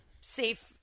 safe